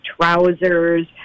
trousers